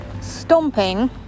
stomping